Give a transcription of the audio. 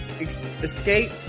escape